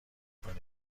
کنه